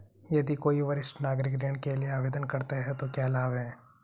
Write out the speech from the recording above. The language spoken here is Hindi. यदि कोई वरिष्ठ नागरिक ऋण के लिए आवेदन करता है तो क्या लाभ हैं?